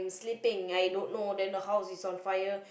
sleeping I don't know then the house is on fire